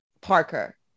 Parker